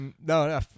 no